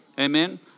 Amen